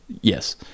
Yes